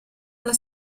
alla